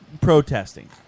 protesting